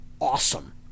awesome